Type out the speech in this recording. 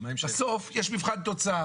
בסוף, יש מבחן תוצאה